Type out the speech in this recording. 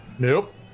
Nope